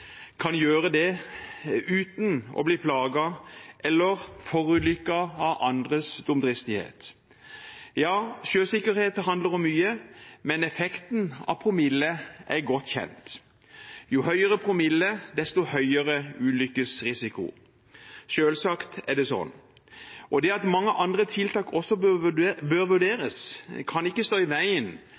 kan gjøre det uten å bli plaget eller forulykke av andres dumdristighet. Ja, sjøsikkerhet handler om mye, men effekten av promille er godt kjent. Jo høyere promille, desto høyere ulykkesrisiko. Selvsagt er det sånn. Det at mange andre tiltak også bør vurderes, kan ikke stå i veien